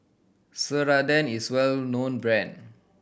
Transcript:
Ceradan is a well known brand